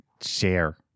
Share